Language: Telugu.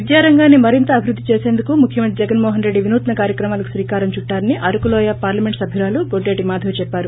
విద్య రంగాన్ని మరింత అభివృద్ధి చేసేందుకు ముఖ్యమంత్రి జగన్ మోహన్ రెడ్డి వినూత్ప కార్యక్రమాలకు శ్రీకారం చుట్టారని అరకు లోయ పార్లమెంట్ సభ్యురాలు గొడ్డేటి మాధవి చెప్పారు